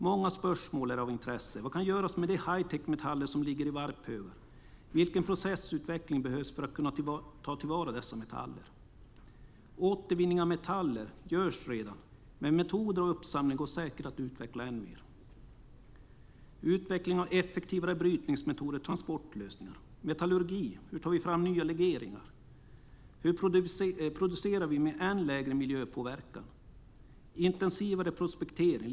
Många spörsmål är av intresse. Vad kan göras med de hightechmetaller som ligger i varphögar? Vilken processutveckling behövs för att kunna ta till vara dessa metaller? Återvinning av metaller görs redan, men metoder och uppsamling går säkert att utveckla än mer. Det behövs utveckling av effektivare brytningsmetoder och transportlösningar. Det handlar om metallurgi. Hur tar vi fram nya legeringar? Hur producerar vi med än lägre miljöpåverkan? Det handlar om intensivare prospektering.